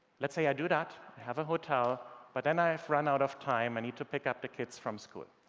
let's say i do that. i have a hotel, but then i've run out of time. i need to pick up the kids from school.